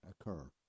occur